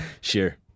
Sure